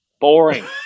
Boring